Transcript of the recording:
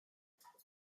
zero